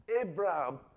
Abraham